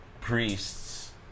priests